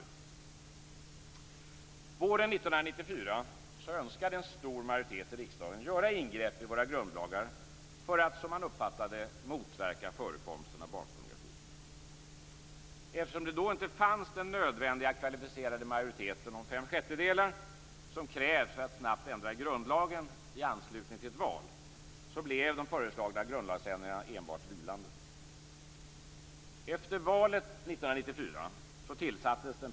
Våren 1994 önskade en stor majoritet i riksdagen göra ingrepp i våra grundlagar för att, som man uppfattade det, motverka förekomsten av barnpornografi. Eftersom det då inte fanns den nödvändiga kvalificerade majoriteten om fem sjättedelar som krävs för att snabbt ändra grundlagen i anslutning till ett val blev de föreslagna grundlagsändringarna enbart vilande.